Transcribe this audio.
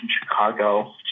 Chicago